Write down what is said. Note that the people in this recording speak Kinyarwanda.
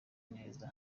neza